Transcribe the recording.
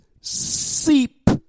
seep